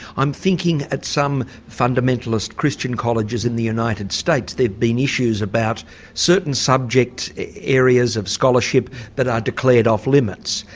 i'm thinking at some fundamentalist christian colleges in the united states there've been issues about certain subject areas of scholarship that are declared off limits.